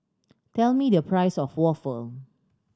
tell me the price of waffle